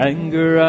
Anger